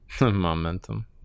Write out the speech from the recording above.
Momentum